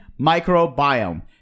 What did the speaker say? microbiome